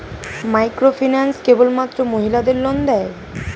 Microfinance কেবলমাত্র মহিলাদের loan দেয়?